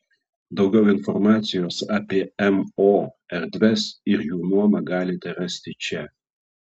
daugiau informacijos apie mo erdves ir jų nuomą galite rasti čia